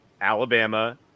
Alabama